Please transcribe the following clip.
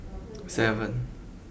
seven